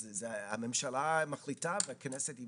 אז הממשלה מחליטה והכנסת היא